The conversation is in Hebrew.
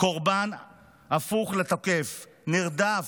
קורבן הפך לתוקף, נרדף,